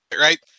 right